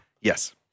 Yes